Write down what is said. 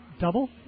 double